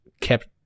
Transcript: kept